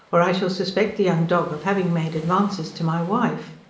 or i shall suspect the young dog of having made advances to my wife.